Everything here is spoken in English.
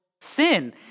sin